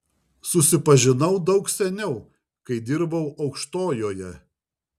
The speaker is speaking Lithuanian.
susipažinau daug seniau kai dirbau aukštojoje